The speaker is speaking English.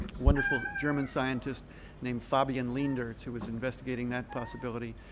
wonderful german scientist named fabian leendertz, who was investigating that possibility.